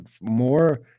more